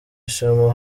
isomo